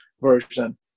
version